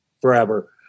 forever